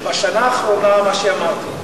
בשנה האחרונה, מה שאמרתי.